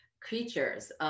creatures